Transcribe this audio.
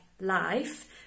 life